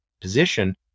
position